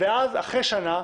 ואחרי שנה,